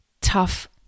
tough